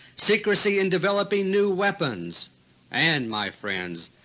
secrecy in developing new weapons and, my friends,